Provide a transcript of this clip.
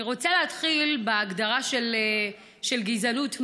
אני רוצה להתחיל בהגדרה של גזענות מהי.